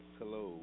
hello